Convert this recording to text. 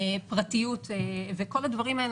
פרטיות וכל הדברים האלה,